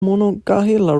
monongahela